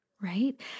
right